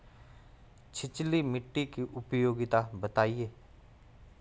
छिछली मिट्टी की उपयोगिता बतायें?